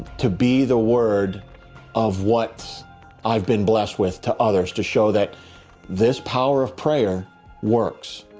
to be the word of what i've been blessed with to others to show that this power of prayer works.